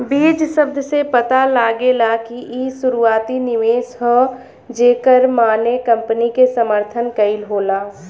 बीज शब्द से पता लागेला कि इ शुरुआती निवेश ह जेकर माने कंपनी के समर्थन कईल होला